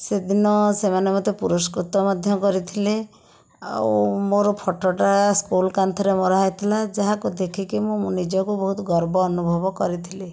ସେଦିନ ସେମାନେ ମତେ ପୁରସ୍କୃତ ମଧ୍ୟ କରିଥିଲେ ଆଉ ମୋ'ର ଫଟୋଟା ସ୍କୁଲ କାନ୍ଥରେ ମରାହୋଇଥିଲା ଯାହାକୁ ଦେଖିକି ମୁଁ ନିଜକୁ ବହୁତ ଗର୍ବ ଅନୁଭବ କରିଥିଲି